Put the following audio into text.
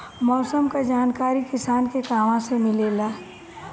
मौसम के जानकारी किसान के कहवा से मिलेला?